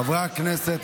חברי הכנסת,